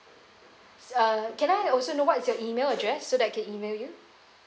uh can I also know what is your email address so that I can email you